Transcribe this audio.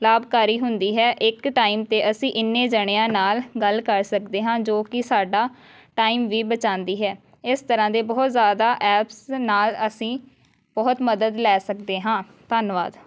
ਲਾਭਕਾਰੀ ਹੁੰਦੀ ਹੈ ਇੱਕ ਟਾਈਮ 'ਤੇ ਅਸੀਂ ਇੰਨੇ ਜਣਿਆ ਨਾਲ ਗੱਲ ਕਰ ਸਕਦੇ ਹਾਂ ਜੋ ਕਿ ਸਾਡਾ ਟਾਈਮ ਵੀ ਬਚਾਉਂਦੀ ਹੈ ਇਸ ਤਰ੍ਹਾਂ ਦੇ ਬਹੁਤ ਜ਼ਿਆਦਾ ਐਪਸ ਨਾਲ ਅਸੀਂ ਬਹੁਤ ਮਦਦ ਲੈ ਸਕਦੇ ਹਾਂ ਧੰਨਵਾਦ